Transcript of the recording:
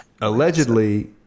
Allegedly